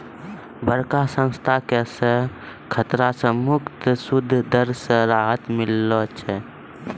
बड़का संस्था के सेहो खतरा से मुक्त सूद दर से राहत मिलै छै